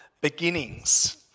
beginnings